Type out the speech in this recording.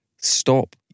stop